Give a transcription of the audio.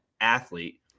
athlete